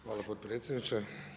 Hvala potpredsjedniče.